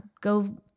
go